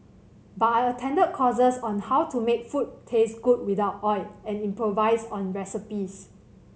but I attended courses on how to make food taste good without oil and improvise on recipes